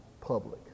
public